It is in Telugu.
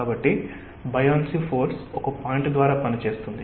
కాబట్టి బయాన్సీ ఫోర్స్ ఒక పాయింట్ ద్వారా పని చేస్తుంది